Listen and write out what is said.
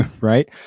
right